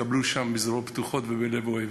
התקבלו שם בזרועות פתוחות ובלב אוהב.